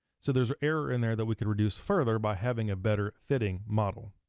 so there's an error in there that we could reduce further by having a better fitting model.